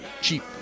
cheap